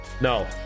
No